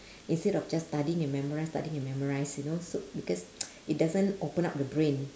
instead of just studying and memorise studying and memorise you know so because it doesn't open up the brain